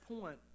point